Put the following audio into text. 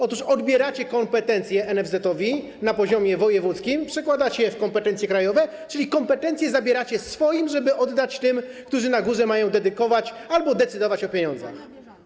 Otóż odbieracie kompetencje NFZ-etowi na poziomie wojewódzkim, przekładacie je do kompetencji krajowych, czyli kompetencje zabieracie swoim, żeby oddać tym, którzy na górze mają dedykować albo decydować o pieniądzach.